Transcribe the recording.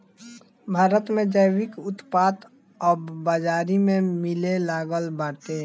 भारत में जैविक उत्पाद अब बाजारी में मिलेलागल बाटे